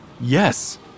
Yes